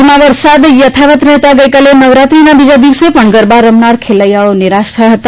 રાજ્યમાં વરસાદ યથાવત રહેતા ગઇકાલે નવરાત્રિના બીજા દિવસે પમ ગરબા રમનાર ખેલૈયાઓ નિરાશ થયા હતા